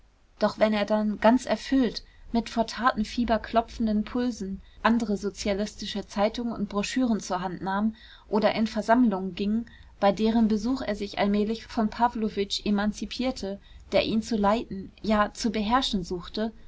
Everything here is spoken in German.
doch wenn er dann ganz erfüllt mit vor tatenfieber klopfenden pulsen andere sozialistische zeitungen und broschüren zur hand nahm oder in versammlungen ging bei deren besuch er sich allmählich von pawlowitsch emanzipierte der ihn zu leiten ja zu beherrschen suchte